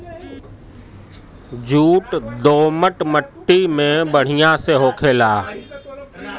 jute दोमट मट्टी में बढ़िया से होखेला